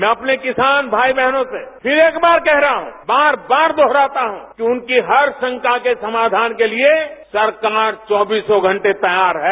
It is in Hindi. मैं अपने किसान भाई बहनों से फिर एक बार कह रहा हूं बार बार दोहराता हूं कि उनकी हर शंका के समाघान के लिये सरकार चौबीसों घंटे तैयार है